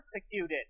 persecuted